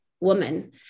woman